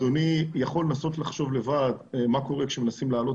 אדוני יכול לנסות לחשוב לבד מה קורה כשמנסים להעלות